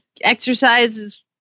exercises